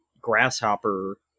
grasshopper